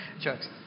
Jokes